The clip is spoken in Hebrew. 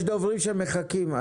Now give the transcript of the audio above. יש דוברים שמחכים.